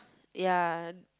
ya